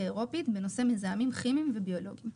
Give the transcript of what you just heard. אירופית בנושא מזהמים כימיים וביולוגיים.